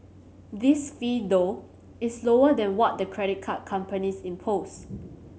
this fee though is lower than what the credit card companies impose